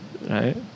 right